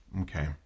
Okay